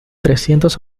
trescientos